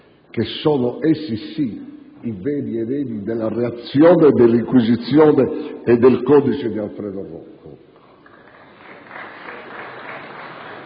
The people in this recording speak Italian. che sono, essi sì, i veri eredi della reazione, dell'inquisizione e del codice di Alfredo Rocco.